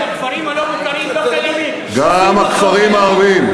הכפרים הלא-מוכרים, גם הכפרים הערביים.